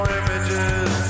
images